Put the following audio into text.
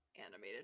animated